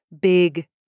big